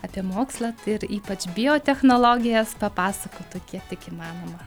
apie mokslą ir ypač biotechnologijas papasakotų kiek tik įmanoma